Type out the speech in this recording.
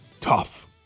Tough